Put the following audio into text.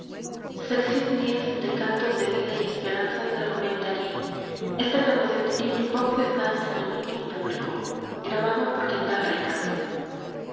d cantos de vida y esperanza a j enrique rodó imagen el